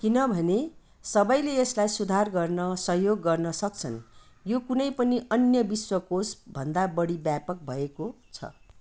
किनभने सबैले यसलाई सुधार गर्न सहयोग गर्न सक्छन् यो कुनै पनि अन्य विश्वकोश भन्दा बढी व्यापक भएको छ